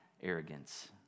arrogance